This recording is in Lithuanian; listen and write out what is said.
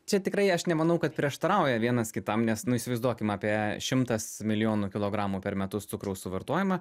čia tikrai aš nemanau kad prieštarauja vienas kitam nes įsivaizduokim apie šimtas milijonų kilogramų per metus cukraus suvartojama